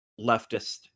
leftist